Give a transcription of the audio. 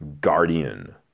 Guardian